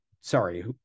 sorry